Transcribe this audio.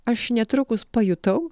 aš netrukus pajutau